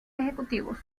ejecutivos